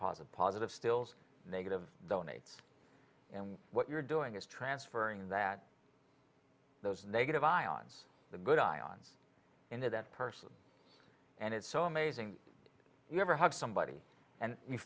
positive positive stills negative donates and what you're doing is transferring that those negative ions the good ions into that person and it's so amazing you never have somebody and you